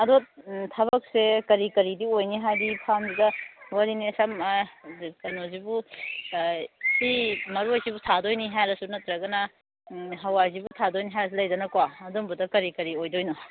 ꯑꯗꯣ ꯎꯝ ꯊꯕꯛꯁꯦ ꯀꯔꯤ ꯀꯔꯤꯗꯤ ꯑꯣꯏꯅꯤ ꯍꯥꯏꯕꯗꯤ ꯐꯥꯝꯁꯤꯗ ꯋꯥꯔꯤꯅꯤ ꯁꯝꯅ ꯀꯩꯅꯣꯁꯤꯕꯨ ꯁꯤ ꯃꯔꯣꯏꯁꯤꯕꯨ ꯊꯥꯗꯣꯏꯅꯤ ꯍꯥꯏꯔꯁꯨ ꯅꯠꯇ꯭ꯔꯒꯅ ꯍꯥꯋꯥꯏꯁꯤꯕꯨ ꯊꯥꯗꯣꯏꯅꯤ ꯍꯥꯏꯔꯁꯨ ꯂꯩꯗꯅꯀꯣ ꯑꯗꯨꯒꯨꯝꯕꯗ ꯀꯔꯤ ꯀꯔꯤ ꯑꯣꯏꯗꯣꯏꯅꯣ